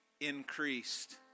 increased